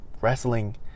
wrestling